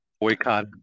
boycott